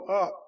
up